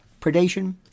predation